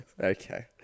Okay